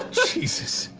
jesus.